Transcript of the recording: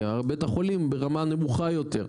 כי בית החולים ברמה נמוכה יותר.